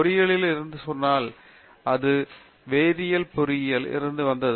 பொறியியலில் இருந்து சொன்னால் அது வேதியியல் பொறியியலில் இருந்து வந்தது